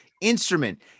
instrument